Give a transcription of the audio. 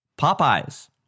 Popeye's